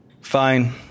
Fine